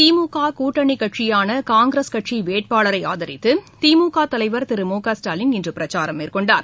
திமுககூட்டணிக்கட்சியானகாங்கிரஸ் கட்சிவேட்பாளரைஆதரித்துதிமுகதலைவர் திரு மு க ஸ்டாலின் இன்றபிரச்சரம் மேற்கொண்டார்